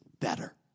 better